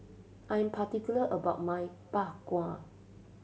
I am particular about my Bak Kwa